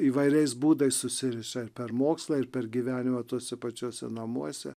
įvairiais būdais susiriša ir per mokslą ir per gyvenimą tuose pačiuose namuose